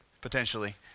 potentially